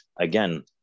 again